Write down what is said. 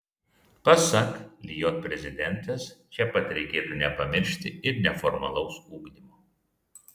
pasak lijot prezidentės čia pat reikėtų nepamiršti ir neformalaus ugdymo